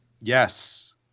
Yes